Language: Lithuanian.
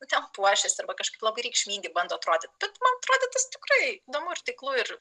nu ten puošiasi arba kažkaip labai reikšmingi bando atrodyti bet man atrodo tas tikrai įdomu ir taiklu ir